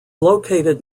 located